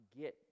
get